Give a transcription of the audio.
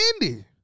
Indy